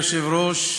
אדוני היושב-ראש,